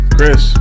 Chris